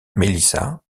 melissa